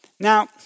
Now